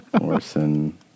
Orson